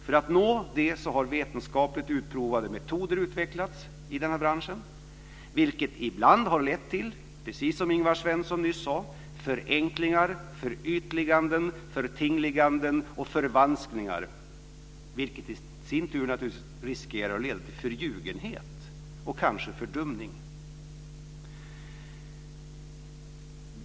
För att nå det har vetenskapligt utprovade metoder utvecklats i denna bransch, vilket ibland har lett till, precis som Ingvar Svensson nyss sade, förenklingar, förytliganden, förtingliganden och förvanskningar, vilket i sin tur naturligtvis riskerar att leda till förljugenhet och kanske fördumning.